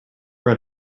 read